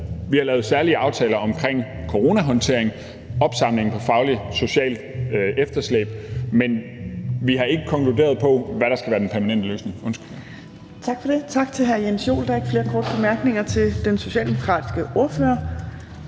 Vi har lavet særlige aftaler om coronahåndteringen og en opsamling på det faglige og sociale efterslæb, men vi har ikke konkluderet, hvad der skal være den permanente løsning.